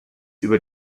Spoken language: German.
über